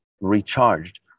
recharged